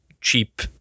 cheap